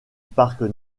parc